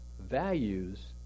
values